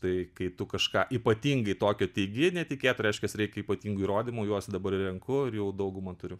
tai kai tu kažką ypatingai tokio teigi netikėto reiškias reikia ypatingų įrodymų juos dabar ir renku ir jau daugumą turiu